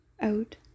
out